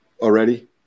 Already